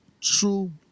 true